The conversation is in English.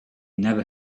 never